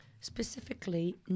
specifically